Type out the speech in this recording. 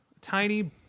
tiny